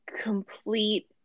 complete